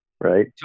right